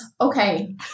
okay